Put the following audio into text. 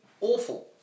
awful